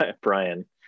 Brian